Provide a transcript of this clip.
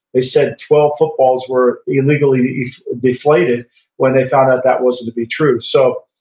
they said twelve footballs were illegally deflated when they found out that wasn't to be true so,